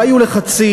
והיו לחצים.